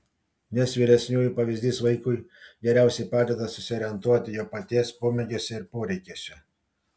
nes vyresniųjų pavyzdys vaikui geriausiai padeda susiorientuoti jo paties pomėgiuose ir poreikiuose